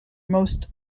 most